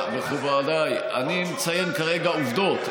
מכובדיי, אני מציין כרגע עובדות.